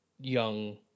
young